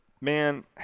man